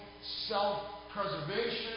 self-preservation